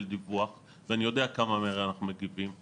דיווח ואני יודע כמה מהר אנחנו מגיבים.